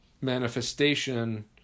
manifestation